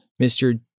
Mr